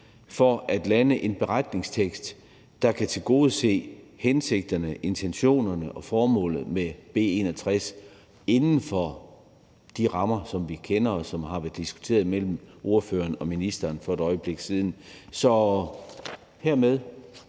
for at lande en beretningstekst, der kan tilgodese hensigterne, intentionerne og formålet med B 61 inden for de rammer, som vi kender, og som har været diskuteret mellem ordføreren og ministeren for et øjeblik siden. Så hermed